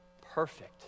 perfect